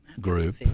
group